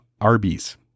Arby's